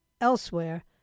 elsewhere